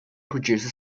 producer